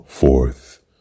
Forth